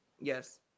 Yes